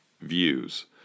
views